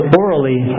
orally